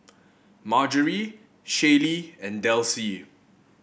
Marjory Shaylee and Delsie